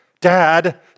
Dad